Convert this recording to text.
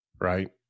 right